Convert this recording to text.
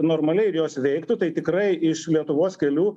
normaliai ir jos veiktų tai tikrai iš lietuvos kelių